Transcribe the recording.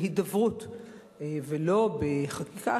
בהידברות ולא בחקיקה,